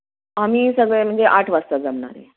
आम्ही सगळे म्हणजे आठ वाजता जमणार आहे